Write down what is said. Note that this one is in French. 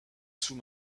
sous